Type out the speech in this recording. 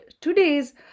today's